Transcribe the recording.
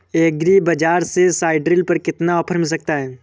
Agree बाजार से seed drill पर कितना ऑफर मिल सकता है?